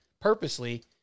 purposely